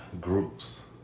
groups